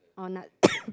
oh